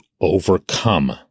overcome